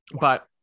But-